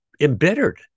embittered